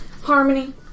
Harmony